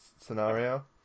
scenario